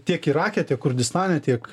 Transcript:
tiek irake kurdistane tiek